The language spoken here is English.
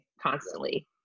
constantly